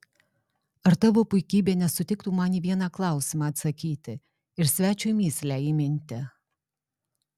ar tavo puikybė nesutiktų man į vieną klausimą atsakyti ir svečiui mįslę įminti